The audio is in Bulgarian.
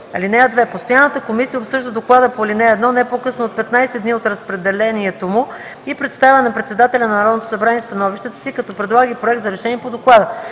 3. (2) Постоянната комисия обсъжда доклада по ал. 1 не по-късно от 15 дни от разпределението му и представя на председателя на Народното събрание становището си, като предлага и проект за решение по доклада.